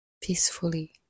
peacefully